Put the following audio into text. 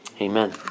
amen